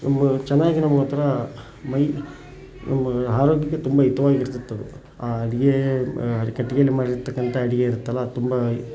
ಇದು ಚೆನ್ನಾಗಿ ನಮಗಂಥರ ಮೈ ನಮ್ಮ ಆರೋಗ್ಯಕ್ಕೆ ತುಂಬ ಹಿತವಾಗಿರ್ತಿತ್ತದು ಆ ಅಡುಗೆ ಕಟ್ಟಿಗೆಯಿಂದ ಮಾಡಿರತಕ್ಕಂಥ ಅಡುಗೆ ಇರುತ್ತಲ್ಲ ಅದು ತುಂಬ